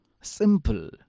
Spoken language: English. simple